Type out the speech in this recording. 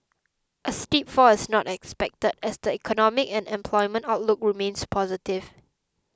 a steep fall is not expected as the economic and employment outlook remains positive